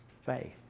faith